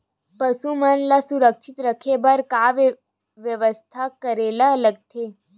पशु मन ल सुरक्षित रखे बर का बेवस्था करेला लगथे?